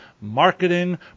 marketing